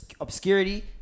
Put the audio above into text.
obscurity